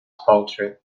poultry